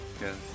Yes